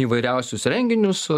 įvairiausius renginius